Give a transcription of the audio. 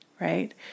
right